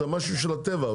זה משהו של הטבע.